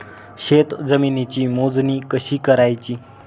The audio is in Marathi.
शेत जमिनीची मोजणी कशी करायची?